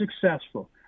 successful